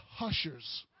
hushers